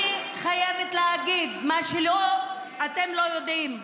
אני חייבת להגיד מה שאתם לא יודעים.